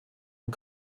und